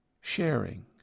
sharing